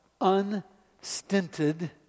unstinted